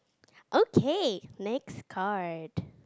okay next card